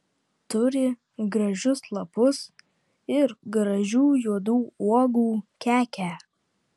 turi gražius lapus ir gražių juodų uogų kekę